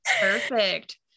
perfect